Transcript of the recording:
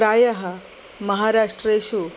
प्रायः महाराष्ट्रेषु